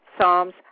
Psalms